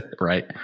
Right